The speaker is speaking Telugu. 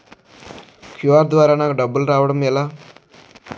క్యు.ఆర్ ద్వారా నాకు డబ్బులు రావడం ఎలా?